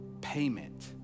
payment